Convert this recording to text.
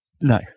No